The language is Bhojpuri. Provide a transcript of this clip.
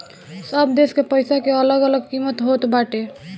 सब देस के पईसा के अलग अलग किमत होत बाटे